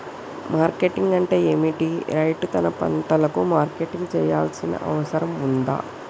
Marketing అంటే ఏమిటి? రైతు తన పంటలకు మార్కెటింగ్ చేయాల్సిన అవసరం ఉందా?